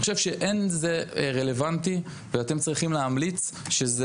אני חושב שאין זה רלוונטי ואתם צריכים להמליץ שזה